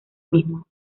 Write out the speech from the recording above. mismo